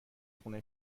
خونه